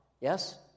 yes